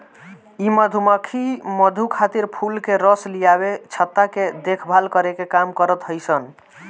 इ मधुमक्खी मधु खातिर फूल के रस लियावे, छत्ता के देखभाल करे के काम करत हई सन